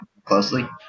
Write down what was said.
closely